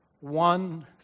one